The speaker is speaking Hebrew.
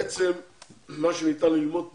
בעצם מה שניתן ללמוד פה,